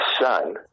son